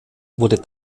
wurde